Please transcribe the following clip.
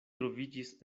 troviĝis